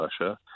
Russia